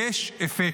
יש אפקט.